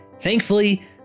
Thankfully